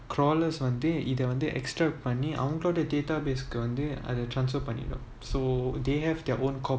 crawlers வந்துஇதைவந்து:vanthhu ithai vanthu extract money பண்ணிஅவங்களோட:panni avangaloda database வந்துஅத:vanthu atha transfer பண்ணிடும்:pannidum so they have their own copy